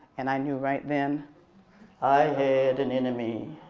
and i knew right then i had an enemy.